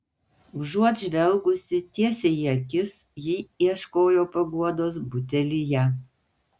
užuot žvelgusi tiesai į akis ji ieškojo paguodos butelyje